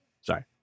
Sorry